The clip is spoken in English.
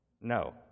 No